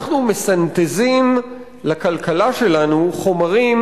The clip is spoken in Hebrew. אנחנו מסנתזים לכלכלה שלנו חומרים